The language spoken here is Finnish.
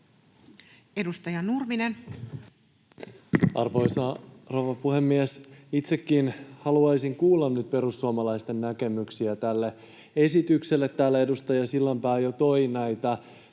15:14 Content: Arvoisa rouva puhemies! Itsekin haluaisin kuulla nyt perussuomalaisten näkemyksiä tästä esityksestä. Täällä edustaja Sillanpää jo toi näitä